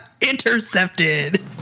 Intercepted